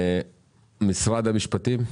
משרד המשפטים.